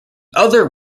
other